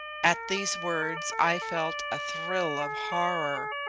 at these words i felt a thrill of horror,